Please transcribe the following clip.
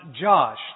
Josh